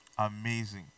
Amazing